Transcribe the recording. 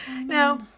Now